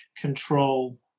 control